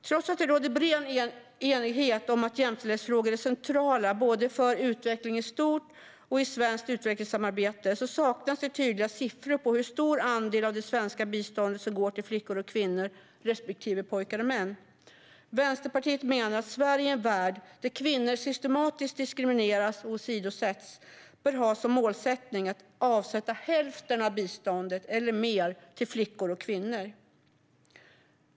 Trots att det råder bred enighet om att jämställdhetsfrågor är centrala både för utvecklingen i stort och i svenskt utvecklingssamarbete saknas tydliga siffror på hur stor andel av det svenska biståndet som går till flickor och kvinnor respektive pojkar och män. Vänsterpartiet menar att Sverige i en värld där kvinnor systematiskt diskrimineras och åsidosätts bör ha som mål att avsätta hälften av biståndet eller mer till flickor och kvinnor.